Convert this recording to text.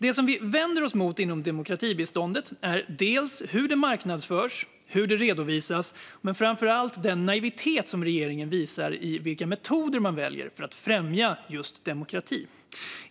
Det som vi vänder oss emot inom demokratibiståndet är hur det marknadsförs och hur det redovisas och framför allt den naivitet som regeringen visar i vilka metoder man väljer för att främja just demokrati.